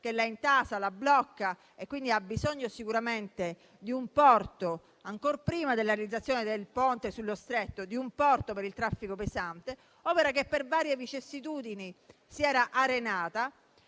che la intasa e la blocca, quindi ha sicuramente bisogno ancor prima della realizzazione del ponte, di un porto per il traffico pesante, opera che per varie vicissitudini si era arenata